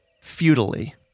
futilely